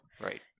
Right